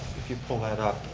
if you pull that up,